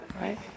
right